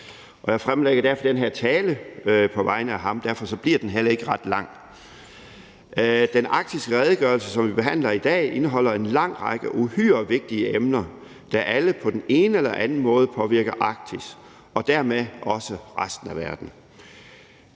Jeg fremlægger derfor den her tale på vegne af ham, og derfor bliver den heller ikke ret lang. Den arktiske redegørelse, som vi behandler i dag, indeholder en lang række uhyre vigtige emner, der alle på den ene eller den anden måde påvirker Arktis og dermed også resten af verden.